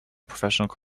professional